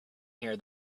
here